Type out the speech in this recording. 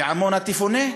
שעמונה תפונה.